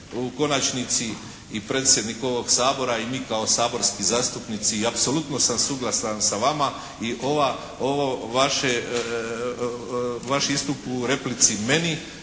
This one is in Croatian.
u konačnici i predsjednik ovog Sabora i mi kao saborski zastupnici i apsolutno sam suglasan sa vama. I ova, ovo vaše, vaš istup u replici meni